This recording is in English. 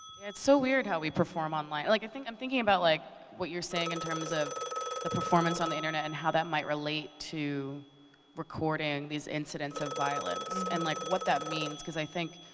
it's so weird how we perform online. like i'm thinking about like what you're saying in terms of the performance on the internet and how that might relate to recording these incidents of violence and like what that means cause i think